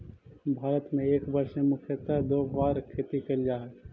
भारत में एक वर्ष में मुख्यतः दो बार खेती कैल जा हइ